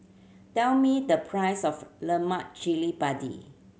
tell me the price of lemak cili padi